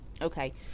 Okay